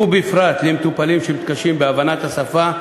ובפרט למטופלים שמתקשים בהבנת השפה,